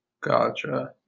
Gotcha